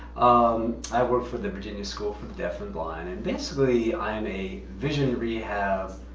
um i work for the virginia school for the deaf and blind, and basically i'm a vision rehab